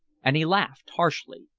and he laughed harshly.